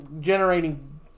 generating